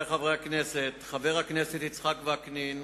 ביום